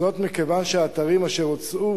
וזאת מכיוון שהאתרים אשר הוצעו